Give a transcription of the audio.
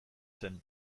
zen